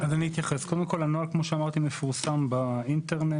כמו שאמרתי, הנוהל מפורסם באינטרנט.